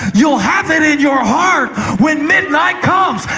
you'll have it in your heart when midnight comes.